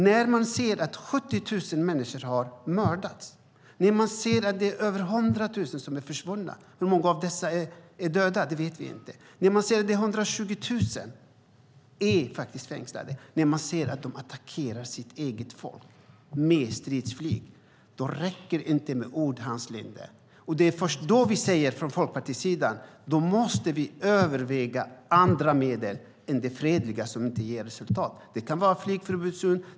När man ser att 70 000 människor har mördats, när man ser att över 100 000 är försvunna och man inte vet hur många av dessa som är döda, när man ser att 120 000 är fängslade och när man ser att de attackerar sitt eget folk med stridsflyg, då räcker det inte med ord, Hans Linde. Det är först då som vi från Folkpartiets sida säger att vi måste överväga andra medel än de fredliga, som inte ger resultat. Det kan vara en flygförbudszon.